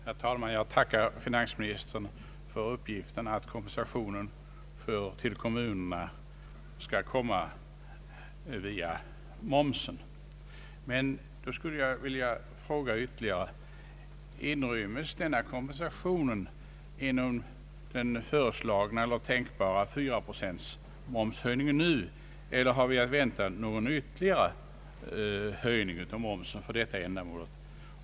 Herr talman! Jag tackar finansministern för uppgiften att kompensationen till kommunerna skall komma via momsen. Då skulle jag vilja fråga ytterligare: Inrymmes denna kompensation i den nu föreslagna 4-procentiga momshöjningen, eller har vi att vänta en ytterligare höjning av momsen för detta ändamål?